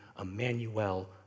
Emmanuel